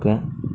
okay